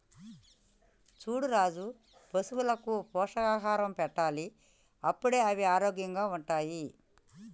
చూడు రాజు పశువులకు పోషకాహారం పెట్టాలి అప్పుడే అవి ఆరోగ్యంగా ఉంటాయి